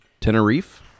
tenerife